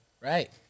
Right